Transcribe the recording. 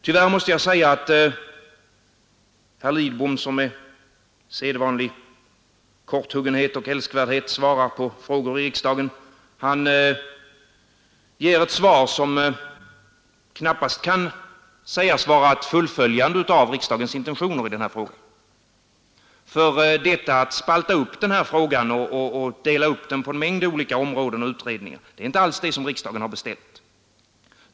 Tyvärr måste jag säga att herr Lidbom, som med sedvanlig korthuggenhet och älskvärdhet svarar på frågor i riksdagen, här gav ett svar som knappast kan sägas vara ett fullföljande av riksdagens intentioner i denna fråga. Att spalta upp frågan och dela upp den på en mängd olika områden och utredningar är inte alls det som riksdagen har bestämt.